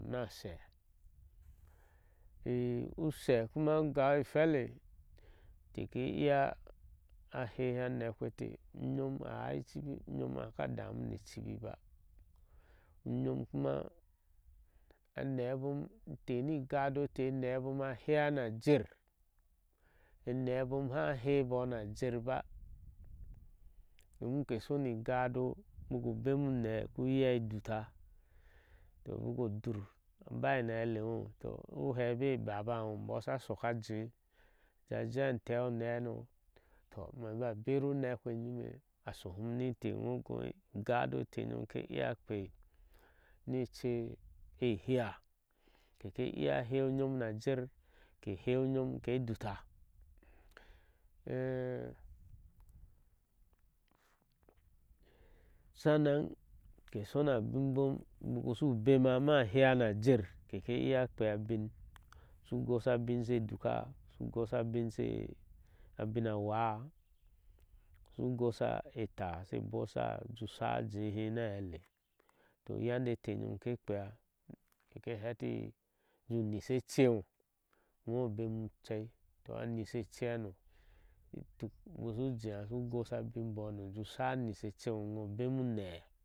Na ashe i ushe kuma ngau ehwele inteh ke iya a hehe anekpeteh, unyom a áá ichibi unyom kuma a haka damu ni icibi ba unyom kuma anɛɛ bom, inteh ni igado eteh anɛɛ bom a hɛa ni ajer enee bom ha hɛɛ boo na jer baa domin ke shani igada nbaku bemu inɛɛ ke iya a duta doh ubaku dur a bari ni a hɛɛi eŋo toh ushu hɛɛ be baba ngo mboo sha shok a jee ja jaa an teɛ onɛɛ hano toɦ maba bera unekpenyime, addum ninteh ngo ugho yado eteh nyom keiya kper ni eche ehea keke iyea a hɛɛi unyem ni ajer ke hei unyom ke duta. sanana ke shona abiŋ bom, bu bema ma hea ni ajer kerya kpiia abiŋ bom shu. gosha abiŋ sho duka, shu gosha abiŋ she abiŋ awáá shu gosha etáá she bosha, she sha jehe ni ahɛɛle toh yande eteh nyom ke kpea keheti ujɛɛ ju nisha ecen. o ubemu ucei toh a nyisha ecehana iyo ituk ubashi jaa ushi gosha abin ibone usha nyisha e ceŋo ubemu unee.